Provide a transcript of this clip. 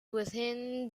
within